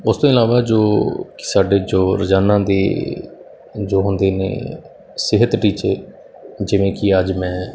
ਉਸ ਤੋਂ ਇਲਾਵਾ ਜੋ ਸਾਡੇ ਜੋ ਰੋਜ਼ਾਨਾ ਦੇ ਜੋ ਹੁੰਦੇ ਨੇ ਸਿਹਤ ਟੀਚੇ ਜਿਵੇਂ ਕਿ ਅੱਜ ਮੈਂ